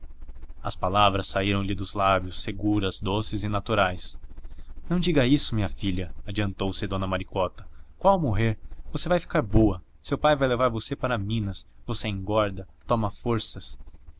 as palavras saíram lhe dos lábios seguras doce e naturais não diga isso minha filha adiantou-se dona maricota qual morrer você vai ficar boa seu pai vai levar você para minas você engorda toma forças